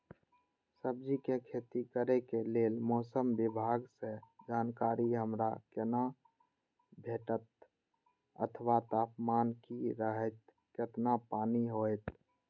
सब्जीके खेती करे के लेल मौसम विभाग सँ जानकारी हमरा केना भेटैत अथवा तापमान की रहैत केतना पानी होयत?